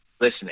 listening